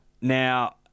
Now